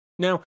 Now